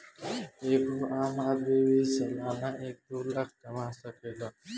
एगो आम आदमी भी सालाना एक दू लाख कमा सकेला